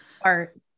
art